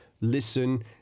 listen